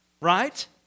right